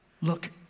look